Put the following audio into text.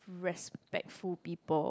respectful people